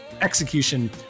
execution